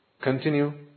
continue